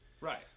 Right